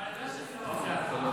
אבל אתה יודע שאני לא מפריע לך.